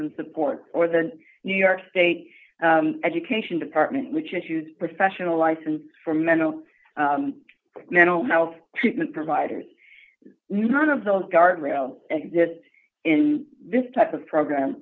and support or the new york state education department which issues professional license for mental mental health treatment providers none of those guardrails exist in this type of program